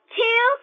two